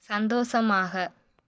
சந்தோஷமாக